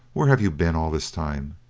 where have you been all this time?